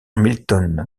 milton